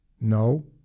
No